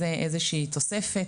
זו איזו שהיא תוספת